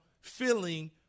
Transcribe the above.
feeling